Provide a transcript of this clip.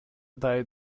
died